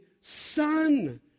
son